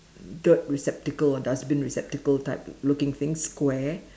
dirt receptacle or dustbin receptacle type looking thing square